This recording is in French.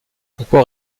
pourquoi